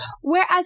Whereas